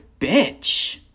bitch